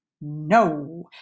No